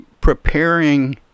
preparing